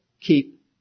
keep